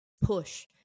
push